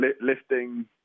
lifting